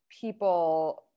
people